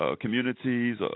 Communities